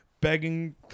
begging